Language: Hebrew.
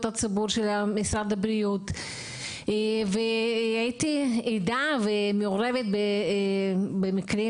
הציבור של משרד הבריאות והייתי עדה ומעורבת במקרים